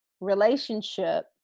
relationship